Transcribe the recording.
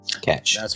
catch